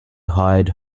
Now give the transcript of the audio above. hide